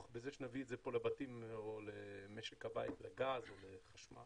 בזה שנביא את זה פה לבתים או למשק הבית בגז או בחשמל.